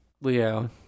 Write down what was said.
Leo